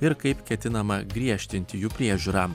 ir kaip ketinama griežtinti jų priežiūrą